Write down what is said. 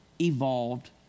evolved